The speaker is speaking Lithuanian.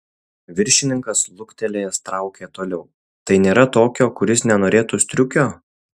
viršininkas luktelėjęs traukė toliau tai nėra tokio kuris nenorėtų striukio